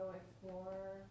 explore